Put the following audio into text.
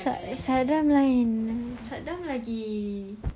sa~ sadam lain sadam lagi